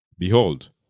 Behold